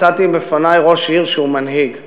מצאתי בפני ראש עיר שהוא מנהיג.